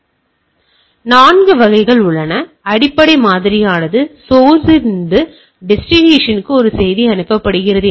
எனவே இவை 4 வகைகள் அடிப்படை மாதிரியானது சோர்ஸ் இருந்து டெஸ்டினேஷன்க்கு ஒரு செய்தி அனுப்பப்படுகிறது